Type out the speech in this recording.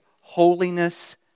holiness